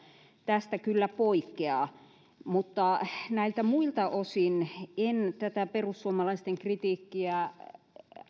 tästä poikkeaa mutta näiltä muilta osin en tätä perussuomalaisten kritiikkiä